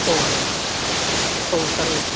औ औ सार औ